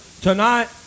tonight